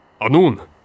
Anun